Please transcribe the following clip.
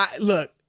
look